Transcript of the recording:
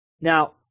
Now